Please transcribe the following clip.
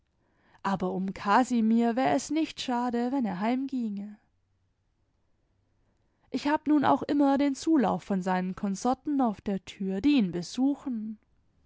aber um casimir war es nicht schade wenn er heimginge ich hab nun auch immer den zulauf von seinen konsorten auf der tür die ihn besuchen